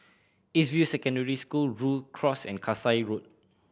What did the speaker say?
East View Secondary School Rhu Cross and Kasai Road